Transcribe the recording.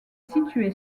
situé